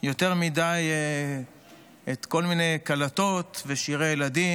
יותר מדי כל מיני קלטות ושירי ילדים,